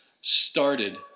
started